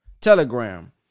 Telegram